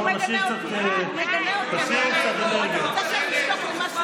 אז בואו תשאירו קצת אנרגיות.